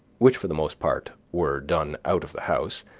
which for the most part were done out of the house,